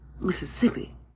Mississippi